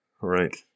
Right